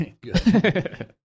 good